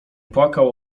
płakał